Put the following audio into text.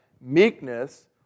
meekness